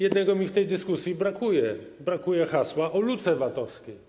Jednego mi w tej dyskusji brakuje, brakuje hasła o luce VAT-owskiej.